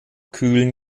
kühlen